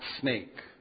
snake